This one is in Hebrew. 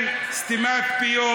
של סתימת פיות,